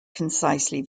concisely